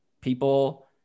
People